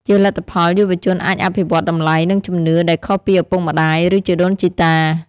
ជាលទ្ធផល យុវជនអាចអភិវឌ្ឍតម្លៃ និងជំនឿដែលខុសពីឪពុកម្តាយ ឬជីដូនជីតា។